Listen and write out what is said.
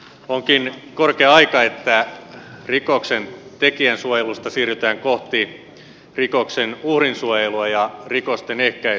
onkin korkea aika että rikoksen tekijän suojelusta siirrytään kohti rikoksen uhrin suojelua ja rikosten ehkäisyä